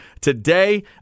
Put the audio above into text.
today